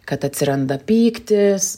kad atsiranda pyktis